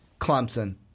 Clemson